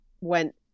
went